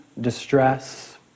distress